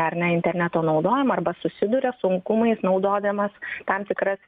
ar ne interneto naudojimą arba susiduria sunkumais naudodamas tam tikras